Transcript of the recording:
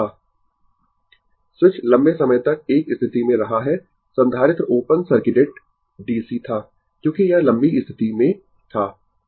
Refer Slide Time 0711 switch लंबे समय तक एक स्थिति में रहा है संधारित्र ओपन सर्किटेड DC था क्योंकि यह लंबी स्थिति में था